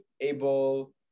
able